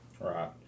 Right